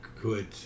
Good